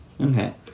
Okay